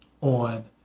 on